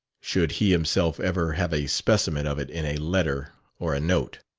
should he himself ever have a specimen of it in a letter or a note?